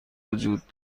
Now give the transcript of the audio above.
وجود